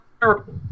terrible